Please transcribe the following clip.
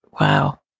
wow